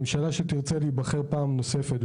ממשלה שתרצה להיבחר פעם נוספת,